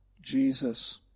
Jesus